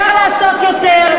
אל תמכרו לנו אשליות.